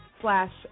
slash